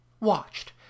watched